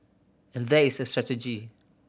and there is a strategy